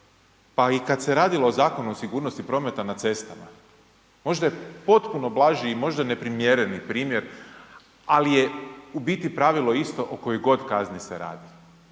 pa i kad se radilo i o Zakonu o sigurnosti prometa na cestama, možda je potpuno blažio i možda neprimjereni primjer ali je u biti pravilo isto o kojoj god kazni se radi,